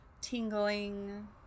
tingling